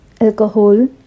alcohol